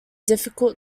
difficult